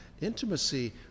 intimacy